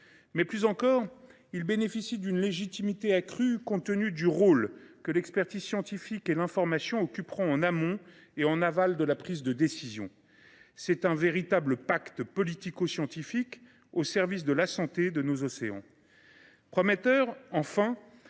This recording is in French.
océans. Plus encore, il bénéficie d’une légitimité accrue, compte tenu du rôle que l’expertise scientifique et l’information occuperont en amont et en aval de la prise de décision. Il s’agit d’un véritable pacte politico scientifique au service de la santé de nos océans.